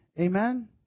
amen